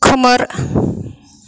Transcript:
खोमोर